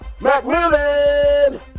McMillan